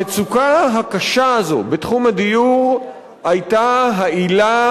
המצוקה הקשה הזו בתחום הדיור היתה העילה